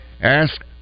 ask